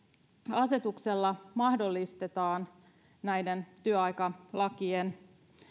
asetuksella mahdollistetaan näiden työaikalakien